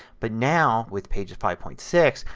but now, with pages five point six,